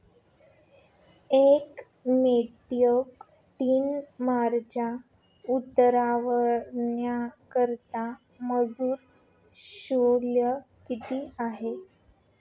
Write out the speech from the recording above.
एक metric ton मिरची उतरवण्याकरता मजूर शुल्क किती आहे?